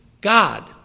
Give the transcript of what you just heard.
God